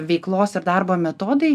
veiklos ir darbo metodai